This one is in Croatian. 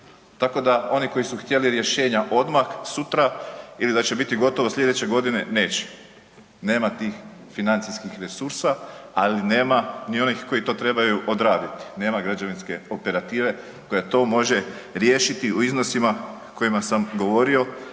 Tako da oni koji su htjeli rješenja odmah sutra ili da će biti gotovo slijedeće godine, neće, nema tih financijskih resursa, ali nema ni onih koji to trebaju odraditi, nema građevinske operative koja to može riješiti u iznosima o kojima sam govorio,